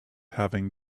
having